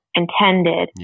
intended